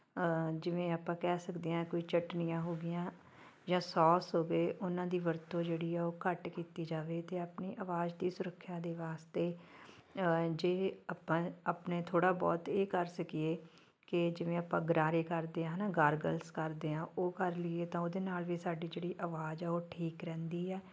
ਜਿਵੇਂ ਆਪਾਂ ਕਹਿ ਸਕਦੇ ਹਾਂ ਕੋਈ ਚੱਟਣੀਆਂ ਹੋਗੀਆਂ ਜਾਂ ਸੌਸ ਹੋ ਗਏ ਉਹਨਾਂ ਦੀ ਵਰਤੋਂ ਜਿਹੜੀ ਉਹ ਘੱਟ ਕੀਤੀ ਜਾਵੇ ਅਤੇ ਆਪਣੀ ਆਵਾਜ਼ ਦੀ ਸੁਰੱਖਿਆ ਦੇ ਵਾਸਤੇ ਜੇ ਆਪਾਂ ਆਪਣੇ ਥੋੜ੍ਹਾ ਬਹੁਤ ਇਹ ਕਰ ਸਕੀਏ ਕਿ ਜਿਵੇਂ ਆਪਾਂ ਗਰਾਰੇ ਕਰਦੇ ਹਾਂ ਨਾ ਗਾਰਗਲਸ ਕਰਦੇ ਹਾਂ ਉਹ ਕਰ ਲਈਏ ਤਾਂ ਉਹਦੇ ਨਾਲ ਵੀ ਸਾਡੀ ਜਿਹੜੀ ਆਵਾਜ਼ ਹੈ ਉਹ ਠੀਕ ਰਹਿੰਦੀ ਆ